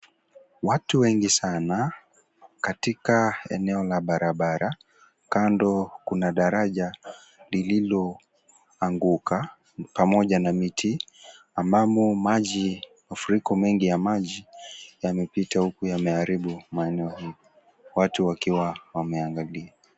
Watu wengi sana, katika eneo la barabara, kando kuna daraja lililoanguka, pamoja na miti, ambamo maji ,mafuriko mengi ya maji ,yamepita huku yameharibu maeneo hili ,watu wakiwa wameangalia.